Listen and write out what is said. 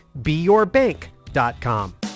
beyourbank.com